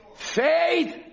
Faith